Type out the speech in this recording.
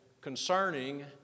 concerning